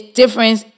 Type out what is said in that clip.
difference